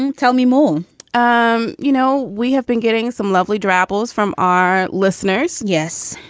and tell me more um you know, we have been getting some lovely dry apples from our listeners. yes.